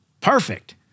Perfect